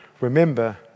Remember